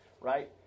right